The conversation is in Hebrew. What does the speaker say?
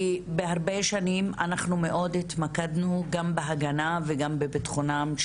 שנים רבות התקדמנו בהגנה ובביטחונם גם